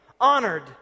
honored